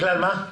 בגלל מה?